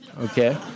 Okay